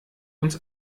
uns